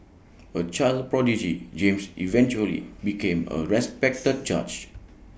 A child prodigy James eventually became A respected judge